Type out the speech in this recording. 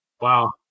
Wow